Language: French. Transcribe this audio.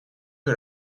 que